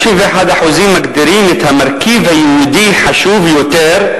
31% מגדירים את המרכיב היהודי חשוב יותר,